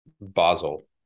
Basel